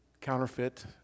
counterfeit